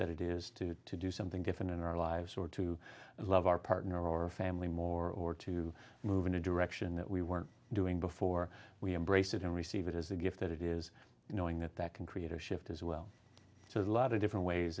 that it is to to do something different in our lives or to love our partner or family more or to move in a direction that we weren't doing before we embrace it and receive it as a gift that it is knowing that that can create a shift as well so a lot of different ways